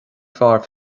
fearr